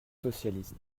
socialiste